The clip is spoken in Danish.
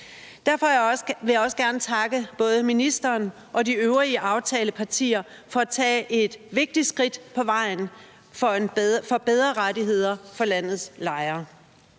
Derfor vil jeg også gerne takke både ministeren og de øvrige aftalepartier for at tage et vigtigt skridt på vejen mod bedre rettigheder for landets lejere.